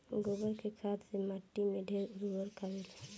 गोबर के खाद से माटी में ढेर उर्वरता आवेला